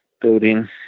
building